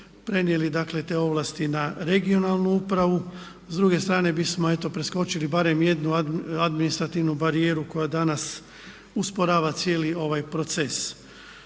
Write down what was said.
prenijeli dakle te ovlasti na regionalnu upravu, s druge strane bismo eto preskočili barem jednu administrativnu barijeru koja danas usporava cijeli ovaj proces.